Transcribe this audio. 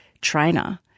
trainer